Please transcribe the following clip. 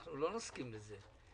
אנחנו לא נסכים לזה.